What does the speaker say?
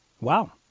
Wow